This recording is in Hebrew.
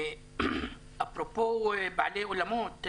אפרופו בבעלי אולמות,